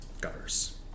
gutters